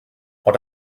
but